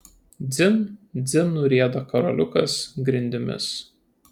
dzin dzin nurieda karoliukas grindimis